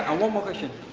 and one more question.